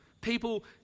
People